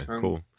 cool